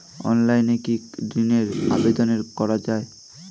অনলাইনে কি ঋনের আবেদন করা যায়?